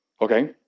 Okay